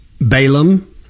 Balaam